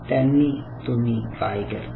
त्यांनी तुम्ही काय करता